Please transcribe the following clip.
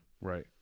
Right